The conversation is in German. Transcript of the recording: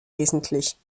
wesentlich